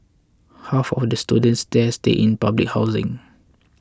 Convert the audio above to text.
half of the students there stay in public housing